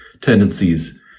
tendencies